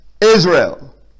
Israel